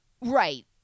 Right